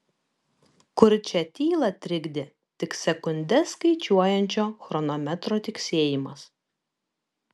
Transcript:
kurčią tylą trikdė tik sekundes skaičiuojančio chronometro tiksėjimas